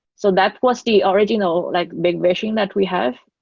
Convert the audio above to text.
so that was the original like big vision that we have.